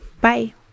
Bye